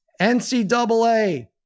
NCAA